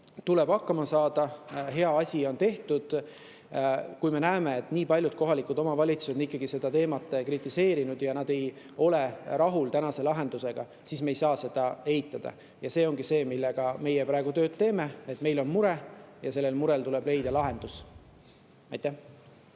tuleb hakkama saada, hea asi on tehtud. Kui me näeme, et paljud kohalikud omavalitsused seda teemat kritiseerivad ja nad ei ole praeguse lahendusega rahul, siis me ei saa seda eitada. See on see, mille kallal me praegu tööd teeme. Meil on mure ja sellele murele tuleb leida lahendus. Aitäh!